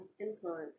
influence